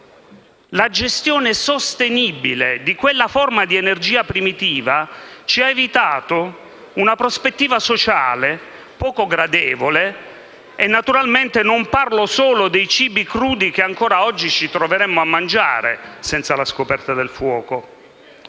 La gestione sostenibile di quella forma di energia primitiva ci ha evitato una prospettiva sociale poco gradevole e naturalmente non parlo solo dei cibi crudi che ancora oggi ci troveremmo a mangiare senza la scoperta del fuoco.